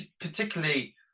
particularly